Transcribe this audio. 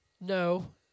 No